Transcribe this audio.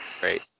Great